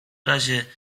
razie